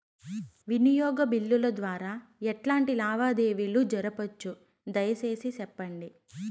వినియోగ బిల్లుల ద్వారా ఎట్లాంటి లావాదేవీలు జరపొచ్చు, దయసేసి సెప్పండి?